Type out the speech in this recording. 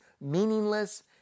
meaningless